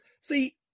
see